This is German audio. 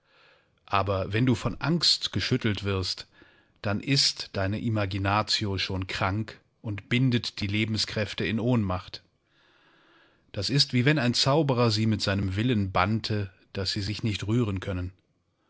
aber wenn du von angst geschüttelt wirst dann ist deine imaginatio schon krank und bindet die lebenskräfte in ohnmacht das ist wie wenn ein zauberer sie mit seinem willen bannte daß sie sich nicht rühren können